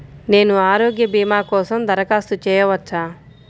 నేను ఆరోగ్య భీమా కోసం దరఖాస్తు చేయవచ్చా?